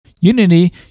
Unity